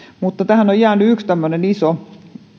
mutta tähän on jäänyt yksi tämmöinen iso